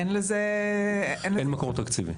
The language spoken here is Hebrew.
אין לזה --- אין מקור תקציבי.